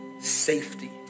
safety